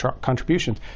contributions